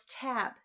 tab